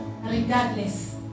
regardless